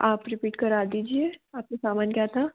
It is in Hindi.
आप रिपीट करा दीजिए आप का सामान क्या था